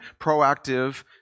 proactive